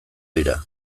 dira